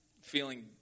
feeling